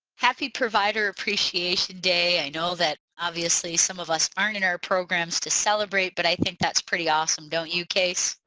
happy provider appreciation day i know that obviously some of us aren't in our programs to celebrate but i think that's pretty awesome don't you casey?